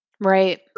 Right